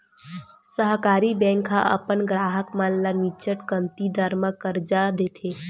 सहकारी बेंक ह अपन गराहक मन ल निच्चट कमती दर म करजा देथे